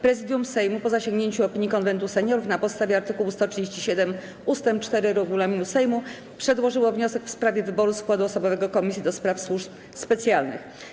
Prezydium Sejmu, po zasięgnięciu opinii Konwentu Seniorów, na podstawie art. 137 ust. 4 regulaminu Sejmu przedłożyło wniosek w sprawie wyboru składu osobowego Komisji do Spraw Służb Specjalnych.